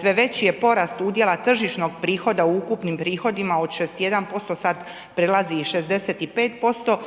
sve veći je porast udjela tržišnog prihoda u ukupnom prihodima od 61% sad prelazi i 65%